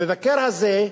המבקר הזה,